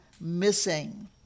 missing